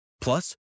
Plus